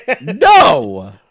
No